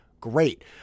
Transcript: Great